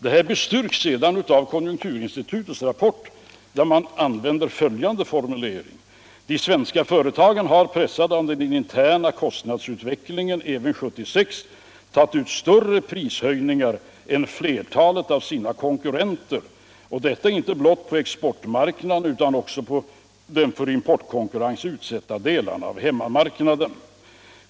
Det här bestyrks sedan av konjunkturinstitutets raäpport, där man använder följande formulering: ”De svenska företagen har, pressade av den interna kostnadsutvecklingen även 1976 tagit ut större prishöjningar än flertalet av sina konkurrenter och detta inte blotvt på exportmarknaderna utan delvis också på de för importkonkurrens utsatta delarna av hemmamarknaden.